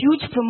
huge